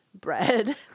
bread